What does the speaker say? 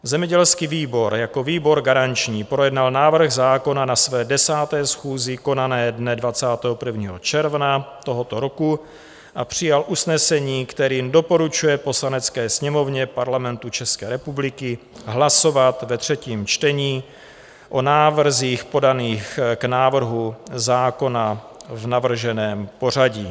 Zemědělský výbor jako výbor garanční projednal návrh zákona na své 10. schůzi konané dne 21. června tohoto roku a přijal usnesení, kterým doporučuje Poslanecké sněmovně Parlamentu České republiky hlasovat ve třetím čtení o návrzích podaných k návrhu zákona v navrženém pořadí.